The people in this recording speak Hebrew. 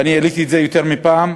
ואני העליתי את זה יותר מפעם,